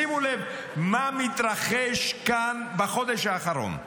שימו לב מה מתרחש כאן בחודש האחרון.